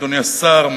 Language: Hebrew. אדוני השר,